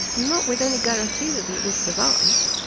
not with any guarantee that it would survive,